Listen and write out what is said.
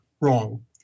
wrong